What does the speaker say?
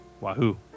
wahoo